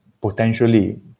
potentially